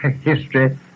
History